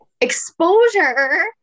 Exposure